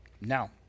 Now